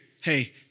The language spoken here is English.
hey